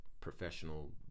professional